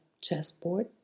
chessboard